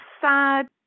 sad